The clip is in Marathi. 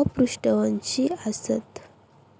अपृष्ठवंशी आसत